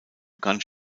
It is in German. begann